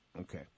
Okay